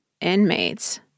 inmates